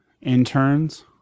interns